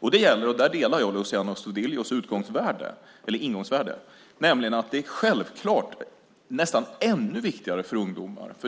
det. Där delar jag Luciano Astudillos ingångsvärde, nämligen att det är självklart och nästan ännu viktigare för ungdomar.